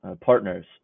partners